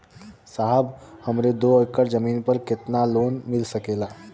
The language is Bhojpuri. साहब हमरे दो एकड़ जमीन पर कितनालोन मिल सकेला?